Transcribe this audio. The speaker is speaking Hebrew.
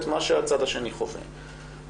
בנושא של סטיגמטיזציה על רקע שומן,